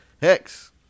Hex